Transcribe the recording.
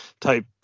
type